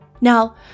Now